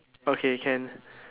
okay can